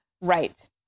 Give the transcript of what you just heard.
Right